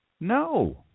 No